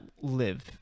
live